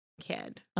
kid